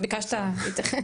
ביקשת להתייחס.